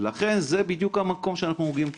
לכן זה בדיוק המקום שאנחנו מגיעים אליו,